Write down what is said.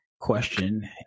question